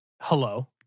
Hello